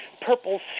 purple